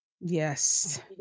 yes